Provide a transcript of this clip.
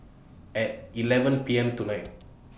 At eleven P M tonight